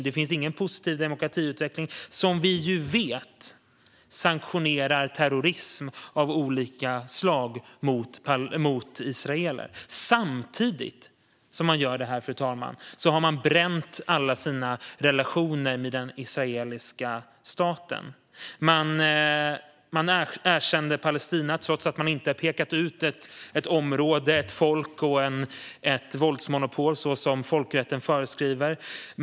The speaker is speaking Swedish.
Det finns ingen positiv demokratiutveckling. Vi vet att man sanktionerar terrorism av olika slag mot israeler. Samtidigt som man gör detta har man bränt alla sina relationer till den israeliska staten. Man erkände Palestina trots att man inte har pekat ut ett område, ett folk och ett våldsmonopol så som folkrätten föreskriver.